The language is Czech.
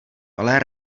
ale